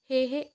সেয়েহে